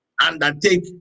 Undertake